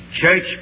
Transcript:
church